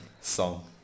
song